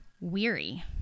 weary